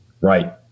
Right